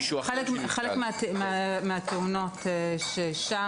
חלק מהתאונות שצוינו שם,